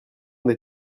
des